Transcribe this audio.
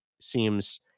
seems